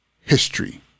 history